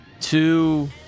Two